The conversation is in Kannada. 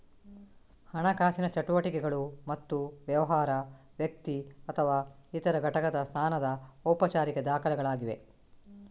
ಹಣಕಾಸಿನ ಚಟುವಟಿಕೆಗಳು ಮತ್ತು ವ್ಯವಹಾರ, ವ್ಯಕ್ತಿ ಅಥವಾ ಇತರ ಘಟಕದ ಸ್ಥಾನದ ಔಪಚಾರಿಕ ದಾಖಲೆಗಳಾಗಿವೆ